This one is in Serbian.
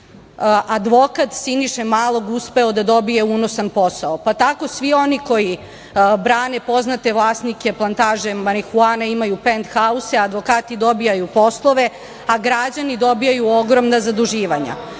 advokat Siniše Malog uspeo da dobije unosan posao, pa tako svi oni koji brane poznate vlasnike plantaže marihuane imaju penthause, advokati dobijaju poslove, a građani dobijaju ogromna zaduživanja. Da